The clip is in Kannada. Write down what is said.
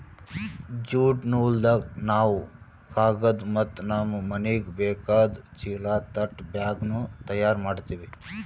ಜ್ಯೂಟ್ ನೂಲ್ದಾಗ್ ನಾವ್ ಕಾಗದ್ ಮತ್ತ್ ನಮ್ಮ್ ಮನಿಗ್ ಬೇಕಾದ್ ಚೀಲಾ ತಟ್ ಬ್ಯಾಗ್ನು ತಯಾರ್ ಮಾಡ್ತೀವಿ